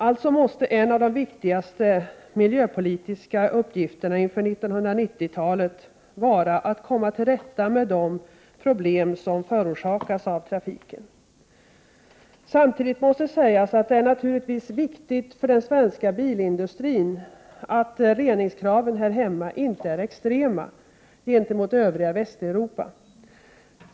Alltså måste en av de viktigaste miljöpolitiska uppgifterna inför 1990-talet vara att komma till rätta med de problem som förorsakas av trafiken. Samtidigt måste sägas att det naturligtvis är viktigt för den svenska bilindustrin att reningskraven här hemma inte är extrema, gentemot övriga Västeuropa.